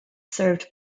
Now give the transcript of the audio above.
served